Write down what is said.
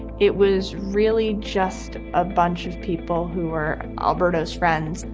it was really just a bunch of people who were alberto's friends.